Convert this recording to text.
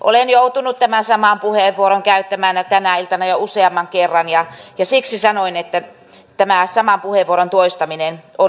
olen joutunut tämän saman puheenvuoron käyttämään tänä iltana jo useamman kerran ja siksi sanoin että tämä saman puheenvuoron toistaminen on uuvuttavaa